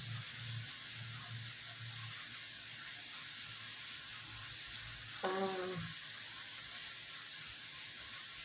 ah